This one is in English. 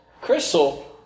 Crystal